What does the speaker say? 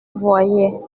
voyait